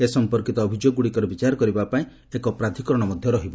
ଏ ସମ୍ପର୍କୀତ ଅଭିଯୋଗଗୁଡ଼ିକର ବିଚାର କରିବା ପାଇଁ ଏକ ପ୍ରାଧିକରଣ ମଧ୍ୟ ରହିବ